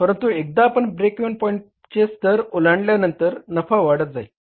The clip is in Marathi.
परंतु एकदा आपण ब्रेक इव्हन पॉईंटचे स्तर ओलांडल्यानंतर नफा वाढत जाईल